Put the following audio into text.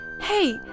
Hey